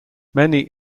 many